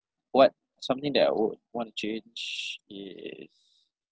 what something that I would want to change is